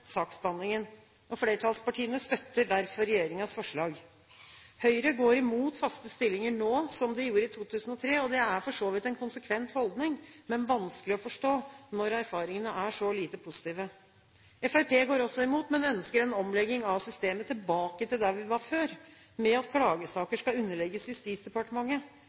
saksbehandlingen. Flertallspartiene støtter derfor regjeringens forslag. Høyre går imot faste stillinger nå, som de gjorde i 2003. Det er for så vidt en konsekvent holdning, men vanskelig å forstå når erfaringene er så lite positive. Fremskrittspartiet går også imot, men ønsker en omlegging av systemet tilbake til der vi var før, med at klagesaker skal underlegges Justisdepartementet.